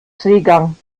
seegang